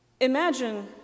Imagine